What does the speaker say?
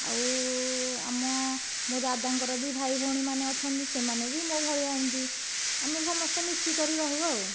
ଆଉ ମୋ ଆମ ଦାଦାଙ୍କର ବି ଭାଇ ଭଉଣୀ ମାନେ ଅଛନ୍ତି ସେମାନେ ବି ମୋ ଭଳିଆ ଏମିତି ଆମେ ସମସ୍ତେ ମିଶିକରି ରହୁ ଆଉ